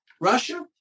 Russia